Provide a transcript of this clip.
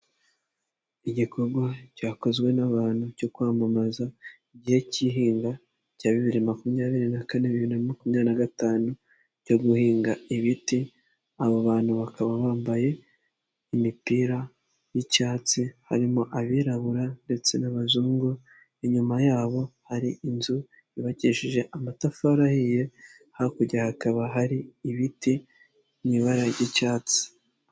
Igikorwa cyakozwe n'abantu cyo kwamamaza igihe cy'ihinga cya bibiri makumyabiri na kane bibiri na makumyabiri gatanu cyo guhinga ibiti, aba bantu bakaba bambaye imipira y'icyatsi harimo abirabura ndetse n'abazungu, inyuma yabo hari inzu yubakishije amatafari ahiye, hakurya hakaba hari ibiti mu ibara ry'icyatsi.